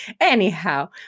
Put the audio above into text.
Anyhow